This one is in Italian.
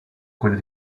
quella